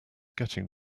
getting